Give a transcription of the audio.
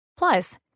Plus